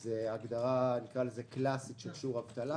זה הגדרה קלסית של שיעור אבטלה,